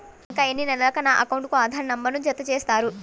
ఇంకా ఎన్ని నెలలక నా అకౌంట్కు ఆధార్ నంబర్ను జత చేస్తారు?